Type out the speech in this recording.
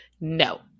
no